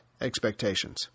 expectations